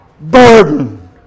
burden